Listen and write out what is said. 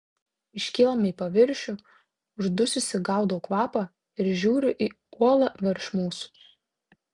iškylame į paviršių uždususi gaudau kvapą ir žiūriu į uolą virš mūsų